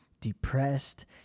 depressed